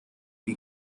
wie